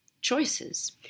choices